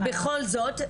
בכל זאת,